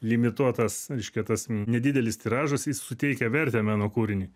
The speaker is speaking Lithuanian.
limituotas reiškia tas nedidelis tiražas jis suteikia vertę meno kūriniui